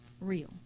real